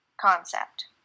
concept